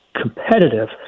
competitive